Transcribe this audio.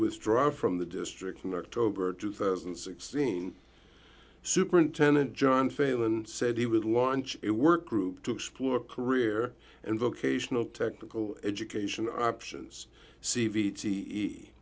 withdraw from the district in october two thousand and sixteen superintendent john failand said he would launch it work group to explore career and vocational technical education options c v t